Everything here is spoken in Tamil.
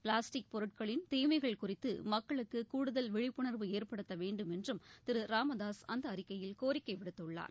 பிளாஸ்டிக் பொருட்களின் தீமைகள் குறித்து மக்களுக்கு கூடுதல் விழிப்புணர்வு ஏற்படுத்த வேண்டும் என்றும் திரு ராமதாசு அந்த அறிக்கையில் கோரிக்கை விடுத்துள்ளார்